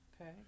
Okay